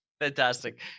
Fantastic